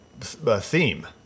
theme